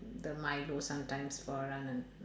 the milo sometimes for anan~